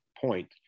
point